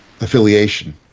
affiliation